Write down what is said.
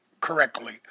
correctly